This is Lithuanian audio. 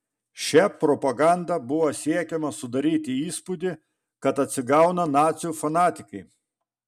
šia propaganda buvo siekiama sudaryti įspūdį kad atsigauna nacių fanatikai